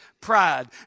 pride